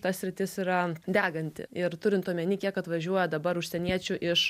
ta sritis yra deganti ir turint omeny kiek atvažiuoja dabar užsieniečių iš